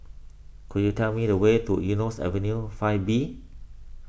could you tell me the way to Eunos Avenue five B